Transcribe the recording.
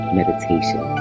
meditation